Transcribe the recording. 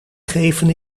geven